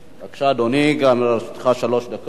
בבקשה, אדוני, לרשותך שלוש דקות.